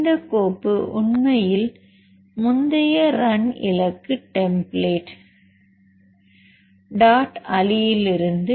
இந்த கோப்பு உண்மையில் முந்தைய ரன் இலக்கு டெம்ப்ளேட் டாட் அலியிலிருந்து dot